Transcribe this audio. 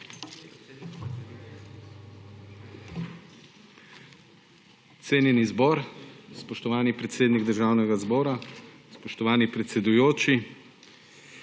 Cenjeni zbor, spoštovani predsednik Državnega zbora, spoštovani predsedujoči!